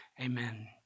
Amen